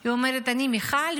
והיא אומרת: אני מיכל,